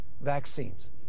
vaccines